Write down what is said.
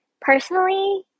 personally